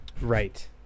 right